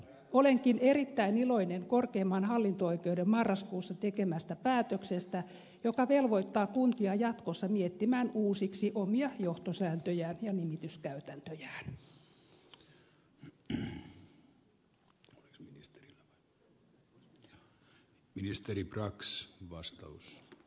olenkin erittäin iloinen korkeimman hallinto oikeuden marraskuussa tekemästä päätöksestä joka velvoittaa kuntia jatkossa miettimään uusiksi omia johtosääntöjään ja nimityskäytäntöjään